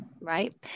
Right